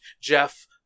Jeff